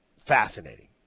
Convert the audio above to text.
fascinating